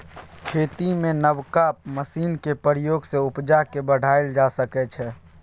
खेती मे नबका मशीनक प्रयोग सँ उपजा केँ बढ़ाएल जा सकै छै